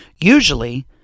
Usually